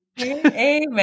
Amen